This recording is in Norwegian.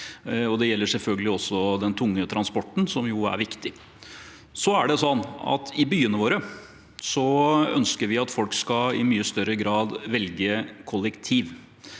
Det gjelder selvfølgelig også den tunge transporten, som er viktig. I byene våre ønsker vi at folk i mye større grad skal velge kollektivt.